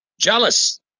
Jealous